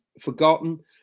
forgotten